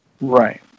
Right